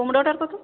কুমড়োটার কত